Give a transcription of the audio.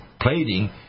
plating